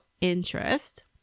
interest